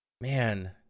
Man